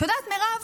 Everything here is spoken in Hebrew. אתה יודעת, מירב,